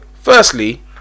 Firstly